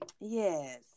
yes